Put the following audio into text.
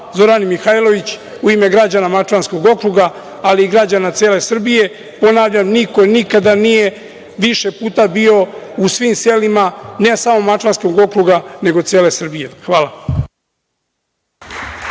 Zorani Mihajlović u ime građana Mačvanskog okruga, ali i građana cele Srbije. Ponavljam, niko nikada nije više puta bio u svim selima, ne samo Mačvanskog okruga nego cele Srbije. Hvala.